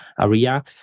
area